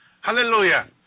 Hallelujah